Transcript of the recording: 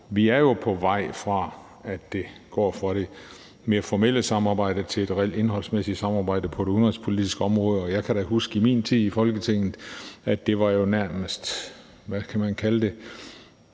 Vi er jo på vej fra det mere formelle samarbejde til et reelt indholdsmæssigt samarbejde på det udenrigspolitiske område. Og jeg kan da huske fra min tid i Folketinget, at det jo nærmest var – hvad skal man kalde det,